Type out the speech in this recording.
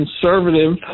conservative